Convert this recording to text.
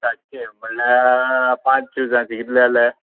सातचें म्हळ्यार पांच शुजांचे कितले जाले